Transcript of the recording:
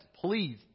Please